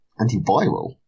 Antiviral